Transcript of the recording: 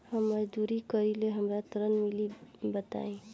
हम मजदूरी करीले हमरा ऋण मिली बताई?